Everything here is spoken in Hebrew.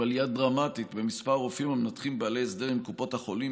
עם עלייה דרמטית במספר הרופאים המנתחים בעלי הסדר עם קופות החולים,